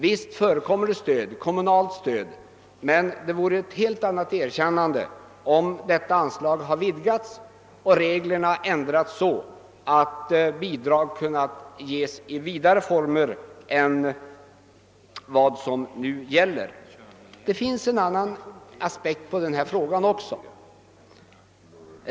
Visst förekommer ett kommunalt stöd, men det skulle innebära ett helt annat erkännande åt verksamheten om det nu aktuella anslaget hade ökats och reglerna ändrats så att bidrag kunnat ges i vidare utsträckning än som nu sker. Det finns också en annan aspekt på denna fråga.